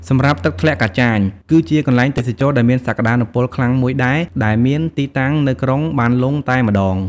សម្រាប់ទឹកធ្លាក់កាចាញ គឺជាកន្លែងទេសចរដែលមានសក្តានុពលខ្លាំងមួយដែរ ដែលមានទីតាំងនៅក្រុងបានលុងតែម្តង។